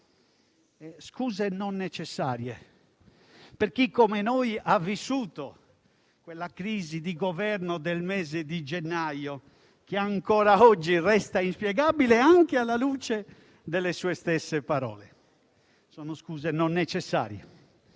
Scuse non necessarie per chi come noi ha vissuto quella crisi di Governo del mese di gennaio che ancora oggi resta inspiegabile anche alla luce delle sue stesse parole. Sono scuse non necessarie